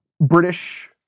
British